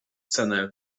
cenę